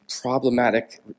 problematic